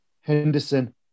Henderson